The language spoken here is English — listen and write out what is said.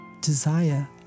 Desire